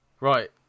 Right